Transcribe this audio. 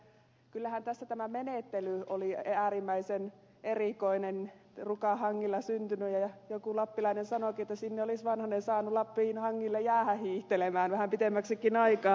kyllähän tässä tämä menettely oli äärimmäisen erikoinen rukan hangilla syntynyt ja joku lappilainen sanoikin että sinne olisi vanhanen saanut lappiin hangille jäädä hiihtelemään vähän pitemmäksikin aikaa